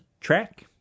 track